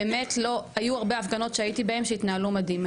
היו הרבה הפגנות שהייתי בהן שהתנהלו מדהים.